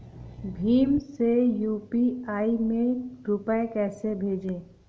भीम से यू.पी.आई में रूपए कैसे भेजें?